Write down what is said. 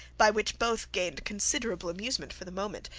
by which both gained considerable amusement for the moment,